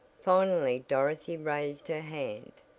finally dorothy raised her hand.